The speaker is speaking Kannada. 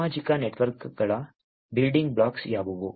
ಸಾಮಾಜಿಕ ನೆಟ್ವರ್ಕ್ಗಳ ಬಿಲ್ಡಿಂಗ್ ಬ್ಲಾಕ್ಸ್ ಯಾವುವು